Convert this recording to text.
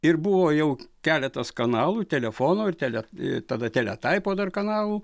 ir buvo jau keletas kanalų telefono ir telia tada teletaipo dar kanalų